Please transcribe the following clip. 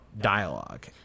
dialogue